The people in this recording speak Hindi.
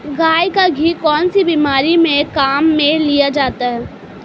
गाय का घी कौनसी बीमारी में काम में लिया जाता है?